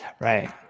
right